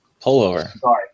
Pullover